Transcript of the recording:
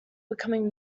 becoming